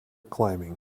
climbing